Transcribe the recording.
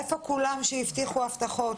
איפה כולם שהבטיחו הבטחות?